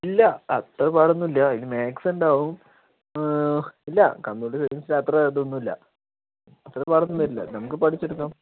ഇല്ല അത്ര പാടൊന്നും ഇല്ല മാത്സുണ്ടാകും ഇല്ല കമ്പ്യൂട്ടർ സയൻസില് അത്ര ഇതൊന്നുല്ല അത്ര പാടൊന്നും വരില്ല നമുക്ക് പഠിച്ചെടുക്കാം